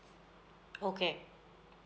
okay